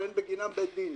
שאין בגינם בית דין,